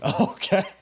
Okay